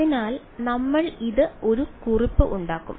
അതിനാൽ നമ്മൾ ഇത് ഒരു കുറിപ്പ് ഉണ്ടാക്കും